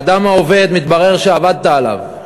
האדם העובד, מתברר שעבדת עליו.